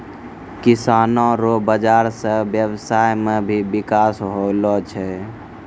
किसानो रो बाजार से व्यबसाय मे भी बिकास होलो छै